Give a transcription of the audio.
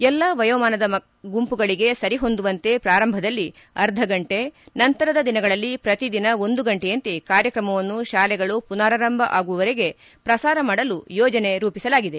ಎಲ್ಲಾ ವಯೋಮಾನದ ಗುಂಪುಗಳಿಗೆ ಸರಿಹೊಂದುವಂತೆ ಪ್ರಾರಂಭದಲ್ಲಿ ಅರ್ಧ ಗಂಟೆ ನಂತರದ ದಿನಗಳಲ್ಲಿ ಪ್ರತಿ ದಿನ ಒಂದು ಗಂಟೆಯಂತೆ ಕಾರ್ಯಕ್ರಮವನ್ನು ಶಾಲೆಗಳು ಪುನರಾರಂಭ ಆಗುವವರೆಗೆ ಪ್ರಸಾರ ಮಾಡಲು ಯೋಜನೆ ರೂಪಿಸಲಾಗಿದೆ